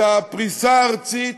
את הפריסה הארצית,